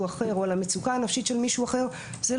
אחר או על המצוקה הנפשית של מישהו אחר,